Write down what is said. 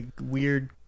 weird